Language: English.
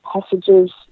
passages